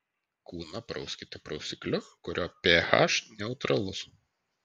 kūną prauskite prausikliu kurio ph neutralus